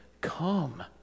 come